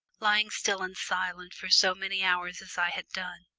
lying still and silent for so many hours as i had done,